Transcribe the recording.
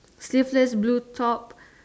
sleeveless blue top